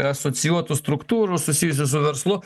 asocijuotų struktūrų susijusių su verslu